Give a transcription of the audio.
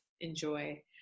enjoy